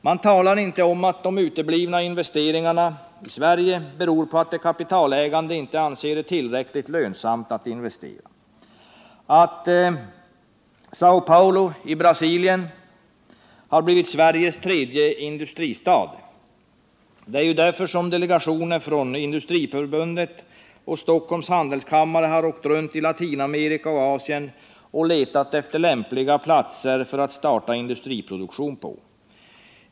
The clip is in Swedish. Man talar inte om att de uteblivna investeringarna beror på att de kapitalägande inte anser det tillräckligt lönsamt att investera i Sverige, att Säo Paulo i Brasilien har blivit ”Sveriges tredje industristad”. Det är ju därför som delegationer från Industriförbundet och Stockholms Handelskammare har åkt runt i Latinamerika och Asien och letat efter lämpliga platser att starta industriproduktion på.